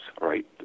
right